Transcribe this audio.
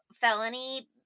felony